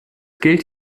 gilt